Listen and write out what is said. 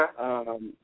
Okay